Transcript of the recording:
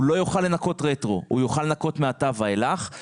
הוא לא יוכל לנכות רטרו; הוא יוכל לנכות מעתה ואילך.